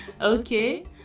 Okay